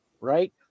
right